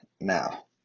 now